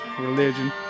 religion